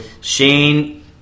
Shane